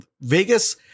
Vegas